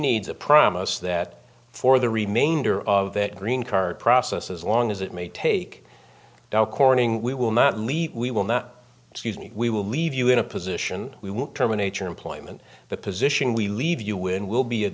needs a promise that for the remainder of that green card process as long as it may take dow corning we will not leave we will not excuse me we will leave you in a position we won't terminate your employment the position we leave you when will be